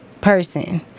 person